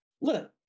look